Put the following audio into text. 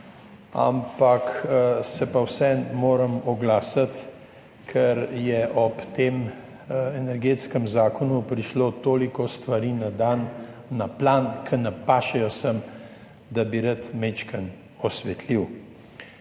ampak se pa vseeno moram oglasiti, ker je ob tem energetskem zakonu prišlo toliko stvari na dan, na plan, ki ne pašejo sem, da bi jih rad malo osvetlil.